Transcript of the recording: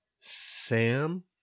Sam